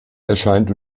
erscheint